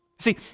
See